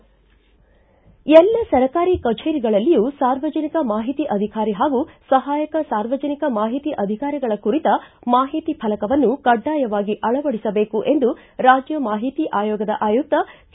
ಎಲ್ಲ ಸರ್ಕಾರಿ ಕಚೇರಿಗಳಲ್ಲಿಯೂ ಸಾರ್ವಜನಿಕ ಮಾಹಿತಿ ಅಧಿಕಾರಿ ಹಾಗೂ ಸಹಾಯಕ ಸಾರ್ವಜನಿಕ ಮಾಹಿತಿ ಅಧಿಕಾರಿಗಳ ಕುರಿತ ಮಾಹಿತಿ ಫಲಕವನ್ನು ಕಡ್ಡಾಯವಾಗಿ ಅಳವಡಿಸಬೇಕು ಎಂದು ರಾಜ್ಯ ಮಾಹಿತಿ ಆಯೋಗದ ಆಯುಕ್ತ ಕೆ